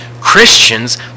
Christians